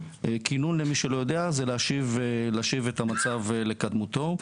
כינון, למי שלא יודע זה להשיב את המצב לקדמותו.